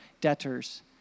debtors